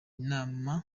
inama